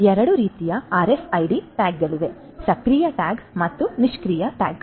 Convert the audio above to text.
ಆದ್ದರಿಂದ ಎರಡು ರೀತಿಯ ಆರ್ಎಫ್ಐಡಿ ಟ್ಯಾಗ್ಗಳಿವೆ ಸಕ್ರಿಯ ಟ್ಯಾಗ್ ಮತ್ತು ನಿಷ್ಕ್ರಿಯ ಟ್ಯಾಗ್